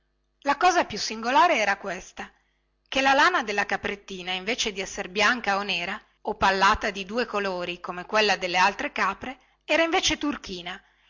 la cosa più singolare era questa che la lana della caprettina invece di esser bianca o nera o pallata di due colori come quella delle altre capre era invece turchina